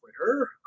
Twitter